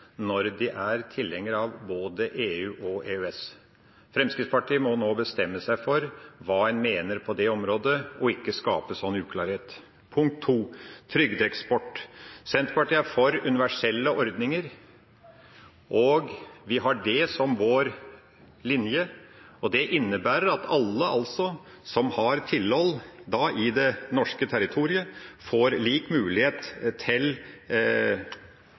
når de er tilhengere av både EU og EØS. Fremskrittspartiet må nå bestemme seg for hva de mener på det området og ikke skape sånn uklarhet. For det andre – trygdeeksport: Senterpartiet er for universelle ordninger, og vi har det som vår linje. Det innebærer at alle som har tilhold i det norske territoriet, får lik mulighet til